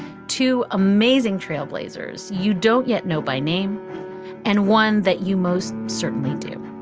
two amazing trailblazers you don't yet know by name and one that you most certainly do